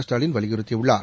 ஸ்டாலின் வலியுறுத்தியுள்ளார்